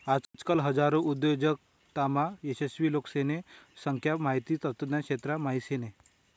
आजकाल हजारो उद्योजकतामा यशस्वी लोकेसने संख्या माहिती तंत्रज्ञान क्षेत्रा म्हाईन शे